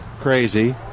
crazy